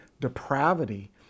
depravity